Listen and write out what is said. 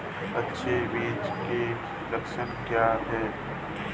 अच्छे बीज के लक्षण क्या हैं?